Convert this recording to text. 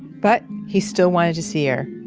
but he still wanted to see her.